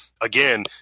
again